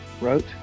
wrote